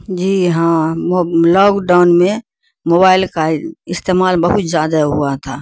جی ہاں lockdown میں mobile کا استعمال بہت زیادہ ہوا تھا